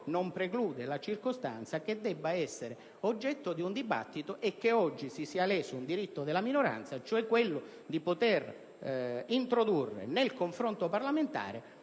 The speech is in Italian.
non preclude però che la circostanza debba essere oggetto di un dibattito e che oggi si sia leso un diritto della minoranza: quello di poter introdurre nel confronto parlamentare